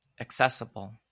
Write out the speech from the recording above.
accessible